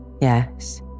Yes